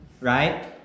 right